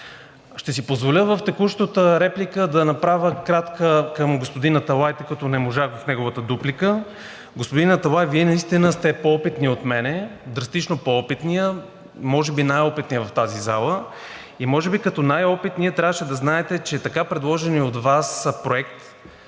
Ще си позволя в текущата реплика да направя кратка към господин Аталай, тъй като не можах към неговата дуплика. Господин Аталай, Вие наистина сте по-опитният от мен, драстично по-опитният, може би най-опитният в тази зала, и може би като най-опитния трябваше да знаете, че така предложеният от Вас проект